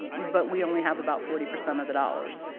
but we only have about forty percent of the dollars.